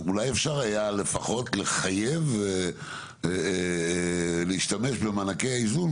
אולי אפשר היה לפחות לחייב להשתמש במענקי האיזון,